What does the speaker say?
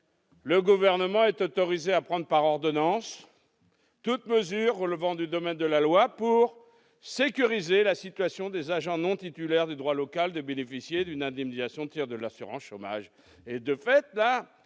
le Gouvernement est autorisé à prendre par ordonnances toutes mesures relevant du domaine de la loi pour sécuriser la situation des agents non titulaires de droit local et leur permettre de bénéficier d'une indemnisation au titre de l'assurance chômage.